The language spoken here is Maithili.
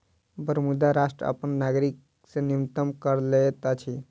बरमूडा राष्ट्र अपन नागरिक से न्यूनतम कर लैत अछि